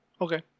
okay